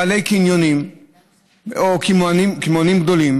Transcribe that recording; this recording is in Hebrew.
בעלי קניונים או קמעונאים גדולים,